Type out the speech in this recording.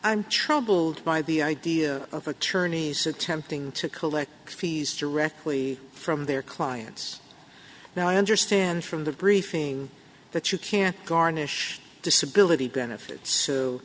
i'm troubled by the idea of attorneys attempting to collect fees directly from their clients now i understand from the briefing that you can garnish disability benefits